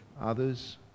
others